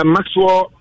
Maxwell